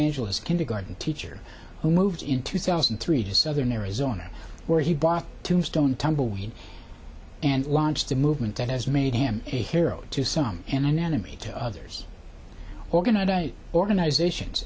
angeles kindergarten teacher who moves in two thousand and three to southern arizona where he bought tombstone tumbleweed and launched a movement that has made him a hero to some and an enemy to others or going today organizations